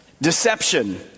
deception